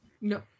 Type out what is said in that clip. No